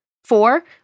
Four